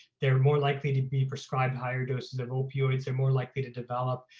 they're more likely to be prescribed higher doses of opioids. they're more likely to develop